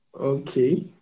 Okay